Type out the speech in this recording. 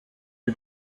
die